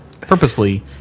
purposely